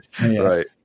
Right